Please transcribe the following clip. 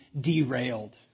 derailed